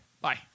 Bye